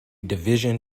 division